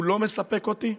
הוא לא מספק אותי.